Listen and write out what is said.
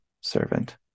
servant